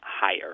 higher